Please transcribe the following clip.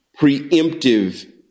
preemptive